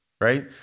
right